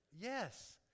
Yes